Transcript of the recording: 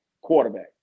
quarterback